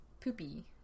poopy